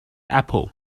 apple